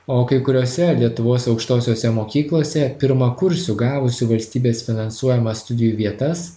o kai kuriose lietuvos aukštosiose mokyklose pirmakursių gavusių valstybės finansuojamas studijų vietas